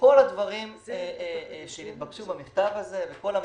שכל הדברים שהתבקשו במכתב הזה וכל המכשירים,